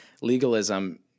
Legalism